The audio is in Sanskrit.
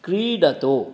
क्रीडतु